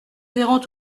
verront